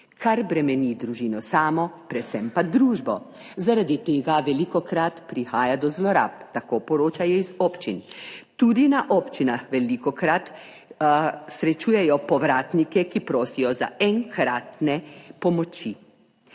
kar bremeni družino samo, predvsem pa družbo, zaradi tega velikokrat prihaja do zlorab, tako poročajo iz občin. Tudi na občinah velikokrat srečujejo povratnike, ki prosijo za enkratne pomoči.